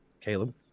Caleb